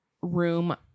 room